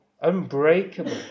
unbreakable